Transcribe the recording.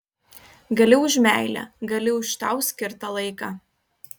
gali už meilę gali už tau skirtą laiką